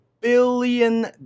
billion